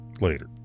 Later